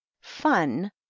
Fun